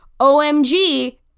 OMG